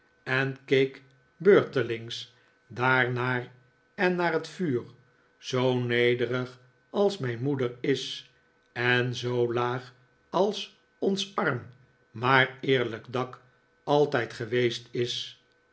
en keek beurtelings daarnaar en naar net vuur zoo nederig als mijn moeder is en zoo laag als ons arm maar eerlijk dak altijd geweest is